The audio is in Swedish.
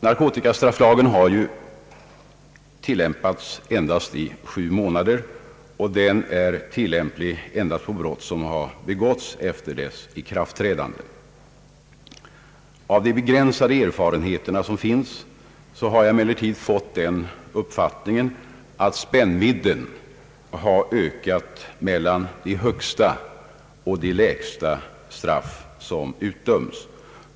Narkotikastrafflagen har ju tillämpats endast i sju månader, och den är tillämplig endast på brott som begåtts efter dess ikraftträdande. Av de begränsade erfarenheter som vunnits har jag emellertid fått den uppfattningen, att spännvidden mellan de högsta och de lägsta straff som utdöms har ökat.